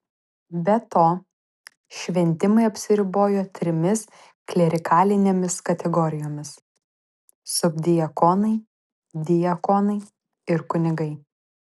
be to šventimai apsiribojo trimis klerikalinėmis kategorijomis subdiakonai diakonai ir kunigai